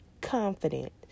confident